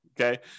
okay